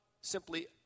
simply